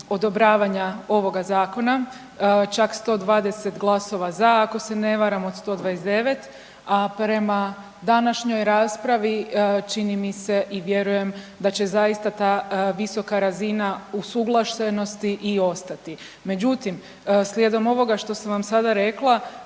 odobravanja ovoga Zakona, čak 120 glasova za, ako se ne varam od 129, a prema današnjoj raspravi, činim i se i vjerujem da će zaista za visoka razina usuglašenosti i ostati. Međutim, slijedom ovoga što sam vam sada rekla